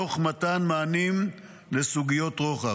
תוך מתן מענים לסוגיות רוחב.